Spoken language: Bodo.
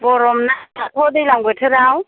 गरमना दाथ' दैज्लां बोथोराव